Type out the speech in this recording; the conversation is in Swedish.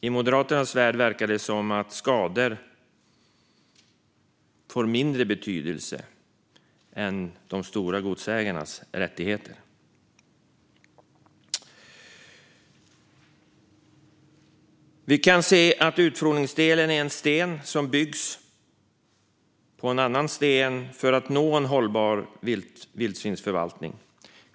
I Moderaternas värld verkar det som att skador får mindre betydelse än de stora godsägarnas rättigheter. Vi kan se att utfodringsdelen är en sten som läggs på en annan sten för att nå en hållbar vildsvinsförvaltning.